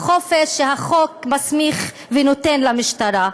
החופש שהחוק נותן למשטרה,